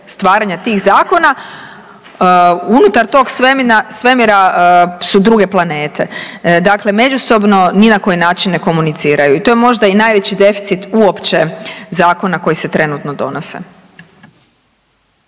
stvaranja tih zakona unutar tog svemira su druge planete. Dakle, međusobno ni na koji način ne komuniciraju i to je možda i najveći deficit uopće zakona koji se trenutno donose.